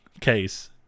case